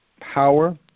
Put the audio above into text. power